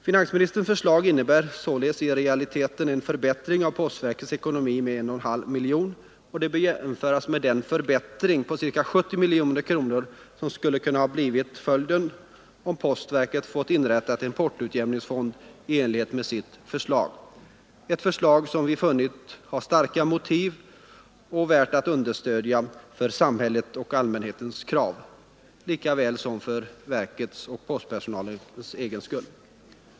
Finansministerns förslag innebär således i realiteten endast en förbättring av postverkets ekonomi med ca 1,5 miljoner kronor, och det bör jämföras med den förbättring på ca 70 miljoner kronor som skulle ha blivit följden om postverket nu fått inrätta en portoutjämningsfond i enlighet med sitt förslag — ett förslag som vi funnit starka motiv att understödja för att tillgodose samhällets och allmänhetens krav lika väl som postverkets och postpersonalens.